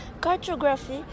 cartography